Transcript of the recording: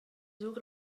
sur